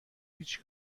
هیچ